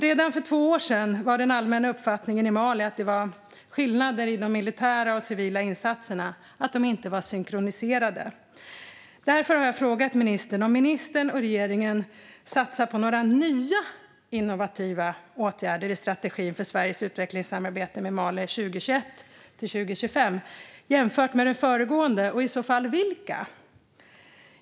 Redan för två år sedan var den allmänna uppfattningen i Mali att det fanns skillnader i de militära och de civila insatserna och att de inte var synkroniserade. Därför har jag frågat ministern om ministern och regeringen har satsat på några nya innovativa åtgärder i strategin för Sveriges utvecklingssamarbete med Mali 2021-2025, jämfört med den föregående, och i så fall vilka?